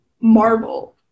Marvel